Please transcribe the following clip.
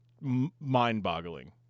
mind-boggling